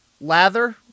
lather